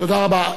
תודה רבה.